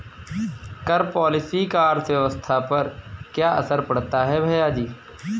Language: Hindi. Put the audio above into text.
कर पॉलिसी का अर्थव्यवस्था पर क्या असर पड़ता है, भैयाजी?